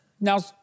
now